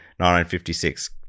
1956